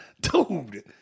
dude